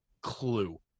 clue